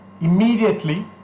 Immediately